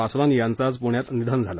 वासवानी यांचं आज पुण्यात निधन झालं